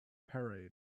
parade